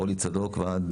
אורלי צדוק, הוועד